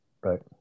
Right